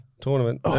tournament